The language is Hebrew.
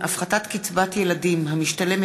הכשרת חוקרי וחוקרות עבירות מין ואלימות במשפחה),